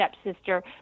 stepsister